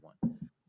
one